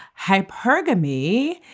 hypergamy